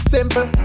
Simple